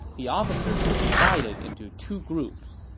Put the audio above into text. the officers were divided into two groups.